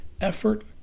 Effort